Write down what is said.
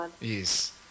Yes